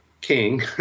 king